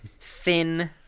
thin